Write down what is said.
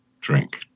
drink